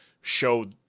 show